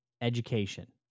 Education